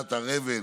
ענת הר-אבן